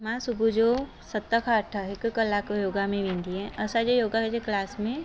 मां सुबुह जो सत खां अठ हिकु कलाकु योगा में वेंदी आहियां असांखे योगा जे क्लास में